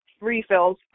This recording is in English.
refills